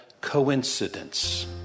coincidence